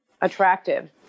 attractive